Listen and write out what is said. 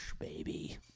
baby